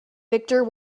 victor